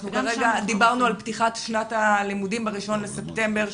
דיברנו על פתיחת שנת הלימודים ב-1 בספטמבר,